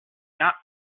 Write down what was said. not